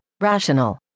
rational